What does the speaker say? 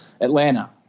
Atlanta